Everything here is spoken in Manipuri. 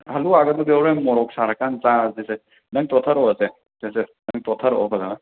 ꯍꯜꯂꯨꯋꯥꯒꯗꯨꯗꯤ ꯍꯣꯔꯦꯟ ꯃꯣꯔꯣꯛ ꯁꯥꯔꯀꯥꯟ ꯆꯥꯔꯁꯤꯁꯦ ꯅꯪ ꯇꯣꯠꯊꯔꯛꯑꯣꯁꯦ ꯁꯦ ꯁꯦ ꯅꯪ ꯇꯣꯠꯊꯔꯛꯑꯣ ꯐꯖꯅ